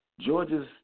Georgia's